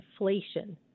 inflation